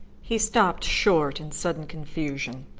he stopped short in sudden confusion.